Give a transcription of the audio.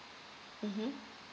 mmhmm